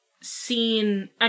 seen